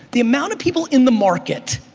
the amount of people in the market